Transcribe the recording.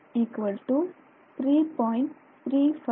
35 Armstrong